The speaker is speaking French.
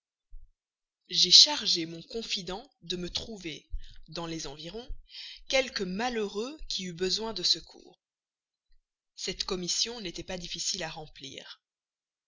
j'ai chargé mon confident de me trouver dans les environs quelque malheureux qui eût besoin de secours cette commission n'était pas difficile à remplir